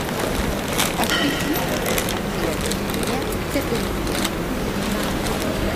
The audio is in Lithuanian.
aš tai žinau atsiliepia fėja tebelindėdama už žurnalo